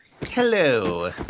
Hello